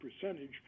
percentage